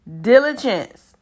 diligence